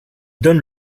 donne